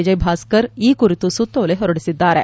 ವಿಜಯಭಾಸ್ಕರ್ ಈ ಕುರಿತು ಸುತ್ತೋಲೆ ಹೊರಡಿಸಿದ್ದಾರೆ